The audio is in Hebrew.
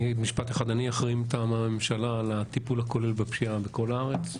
אני אחראי מטעם הממשלה על הטיפול הכולל בפשיעה בכל הארץ,